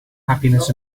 happiness